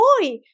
boy